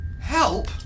Help